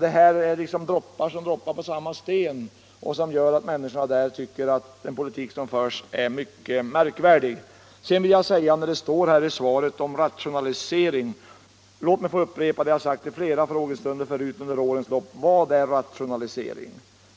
detta är droppar som faller på samma sten. Det gör att människorna i Vännäs tycker att den politik som förs är mycket märklig. I svaret talas det om rationalisering av underhållet. Låt mig upprepa en fråga som jag ställt i flera frågestunder tidigare under åren: Vad är rationalisering?